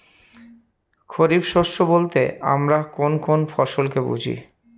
খরিফ শস্য বলতে আমরা কোন কোন ফসল কে বুঝি?